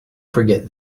forget